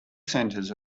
centers